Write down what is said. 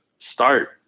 Start